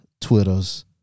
Twitters